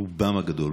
רובם הגדול.